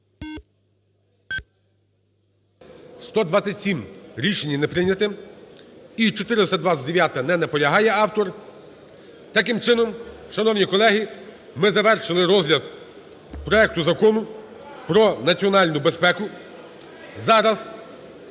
За-127 Рішення не прийнято. І 429-а. Не наполягає автор. Таким чином, шановні колеги, ми завершили розгляд проекту Закону про національну безпеку.